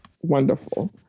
wonderful